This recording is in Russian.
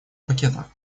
пакета